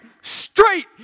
straight